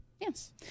Yes